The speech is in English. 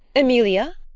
emilia?